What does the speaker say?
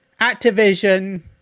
Activision